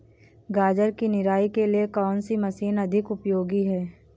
गाजर की निराई के लिए कौन सी मशीन अधिक उपयोगी है?